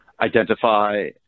identify